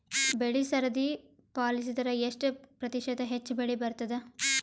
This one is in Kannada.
ಬೆಳಿ ಸರದಿ ಪಾಲಸಿದರ ಎಷ್ಟ ಪ್ರತಿಶತ ಹೆಚ್ಚ ಬೆಳಿ ಬರತದ?